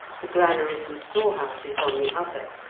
the granaries and storehouses on the other.